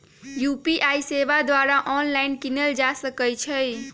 UPI सेवा द्वारा online कीनल जा सकइ छइ